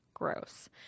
Gross